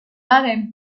harem